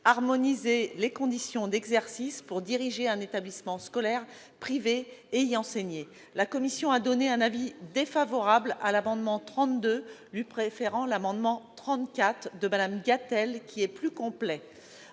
harmoniser les conditions d'exercice pour diriger un établissement scolaire privé ou y enseigner. La commission a émis un avis défavorable sur l'amendement n° 32, lui préférant l'amendement n° 34 rectifié de Mme Gatel, qui est plus complet.